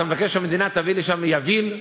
אתה מבקש שהמדינה תביא לשם יביל.